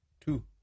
two